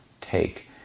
take